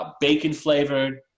Bacon-flavored